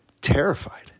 terrified